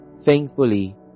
Thankfully